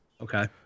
Okay